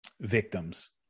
victims